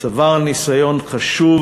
צבר ניסיון חשוב,